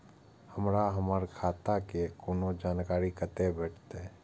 हमरा हमर खाता के कोनो जानकारी कतै भेटतै?